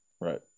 Right